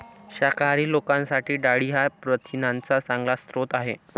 शाकाहारी लोकांसाठी डाळी हा प्रथिनांचा चांगला स्रोत आहे